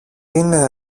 είναι